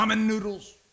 noodles